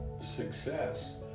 success